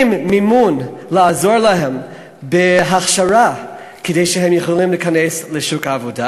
עם מימון לעזור להם בהכשרה כדי שהם יוכלו להיכנס לשוק העבודה.